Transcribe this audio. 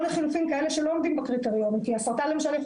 או לחלופין כאלו שלא עומדים בקריטריונים כי הסרטן שלהם יכול